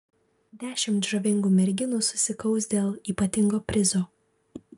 dešimt žavingų merginų susikaus dėl ypatingo prizo